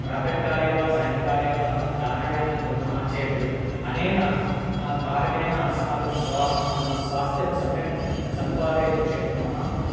प्रातक्काले वा सायङ्काले वा प्राणायामं कुर्मः चेत् अनेन कारणेन अस्माकं स्वास्थ्यं स्वास्थ्यं सम्यक् सम्पादयितुं शक्नुमः